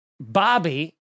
Bobby